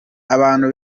abantu